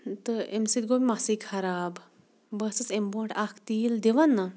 تہٕ اَمہِ سۭتۍ گوٚو مَسٕے خراب بہٕ ٲسٕس اَمہِ برٛونٛٹھ اکھ تیٖل دِوان نہ